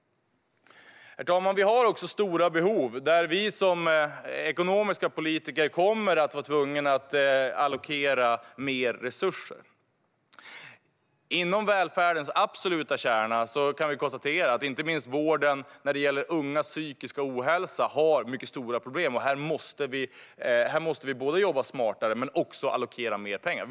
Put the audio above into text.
Herr talman! Vi har också stora behov där vi som ekonomiska politiker kommer att vara tvungna att allokera mer resurser. Inom välfärdens absoluta kärna kan vi konstatera att inte minst vården när det gäller ungas psykiska hälsa har mycket stora problem. Här måste vi jobba smartare men också allokera mer pengar.